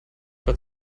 gott